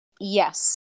Yes